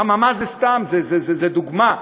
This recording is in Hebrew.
חממה זה סתם, זו דוגמה.